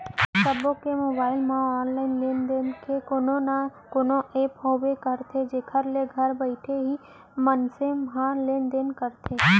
सबो के मोबाइल म ऑनलाइन लेन देन के कोनो न कोनो ऐप होबे करथे जेखर ले घर बइठे ही मनसे ह लेन देन करथे